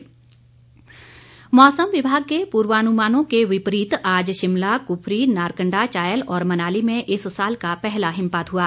मौसम मौसम विभाग के पूर्वानुमानों के विपरीत आज शिमला कुफरी नारकंडा चायल और मनाली में इस साल का पहला हिमपात हआ